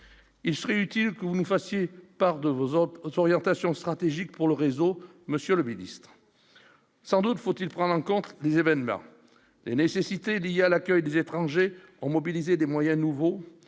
Il serait utile que vous nous fassiez part de vos autres orientation stratégique pour le réseau, monsieur le Ministre, sans doute faut-il prendre en compte des événements et nécessité il y a l'accueil des étrangers ont mobilisé des moyens nouveaux,